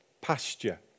pasture